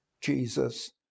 Jesus